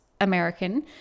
American